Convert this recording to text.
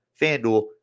fanDuel